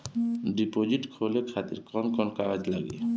Deposit खोले खातिर कौन कौन कागज लागी?